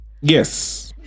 Yes